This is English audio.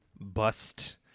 bust